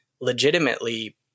legitimately